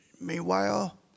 Meanwhile